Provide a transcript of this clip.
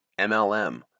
MLM